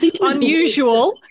unusual